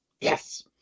yes